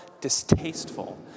distasteful